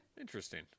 Interesting